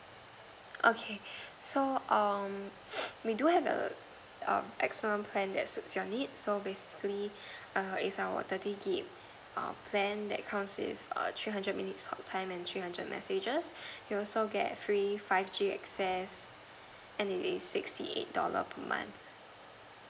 okay so um we do have a um excellent plan that suit your need so basically err it's our thirty gig err plan that consist three hundred minutes talk time and three hundred messages you will also get free five G access and it is sixty eight dollar per month